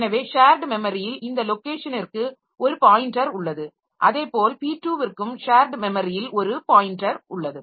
எனவே ஷேர்ட் மெமரியில் இந்த லொக்கேஷனிற்கு ஒரு பாயின்டர் உள்ளது அதுபோல p2 விற்க்கும் ஷேர்ட் மெமரியில் ஒரு பாயின்டர் உள்ளது